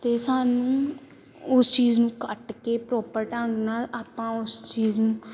ਅਤੇ ਸਾਨੂੰ ਉਸ ਚੀਜ਼ ਨੂੰ ਕੱਟ ਕੇ ਪ੍ਰੋਪਰ ਢੰਗ ਨਾਲ ਆਪਾਂ ਉਸ ਚੀਜ਼ ਨੂੰ